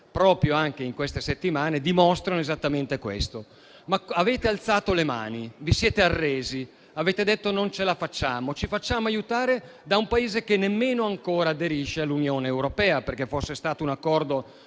anche in queste settimane, forse dimostrano esattamente questo. Avete alzato le mani, vi siete arresi. Avete detto: non ce la facciamo, ci facciamo aiutare da un Paese che nemmeno ancora aderisce all'Unione europea. Infatti, se questo fosse stato un accordo